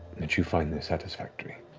that you find this satisfactory.